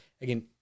again